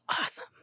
awesome